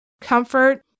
comfort